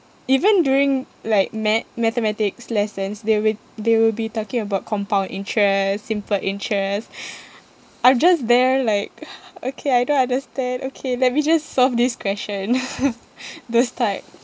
even during like mat~ mathematics lessons they will they will be talking about compound interest simple interest I'm just there like okay I don't understand okay let me just solve this question those type